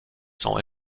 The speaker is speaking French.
sans